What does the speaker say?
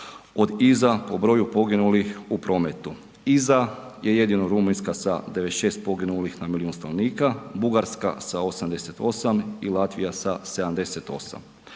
od iza po broju poginulih u prometu, iza je jedino Rumunjska sa 96 poginulih na milijun stanovnika, Bugarska sa 88 i Latvija sa 78.